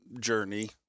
journey